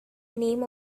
name